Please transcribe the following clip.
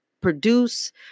produce